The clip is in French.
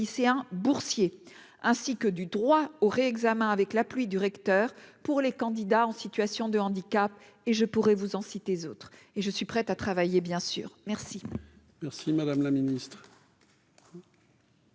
lycéens boursiers ainsi que du droit aurait examen avec la pluie, du recteur pour les candidats en situation de handicap et je pourrais vous en citer d'autres, et je suis prêt à travailler bien sûr, merci.